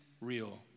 real